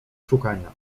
szukania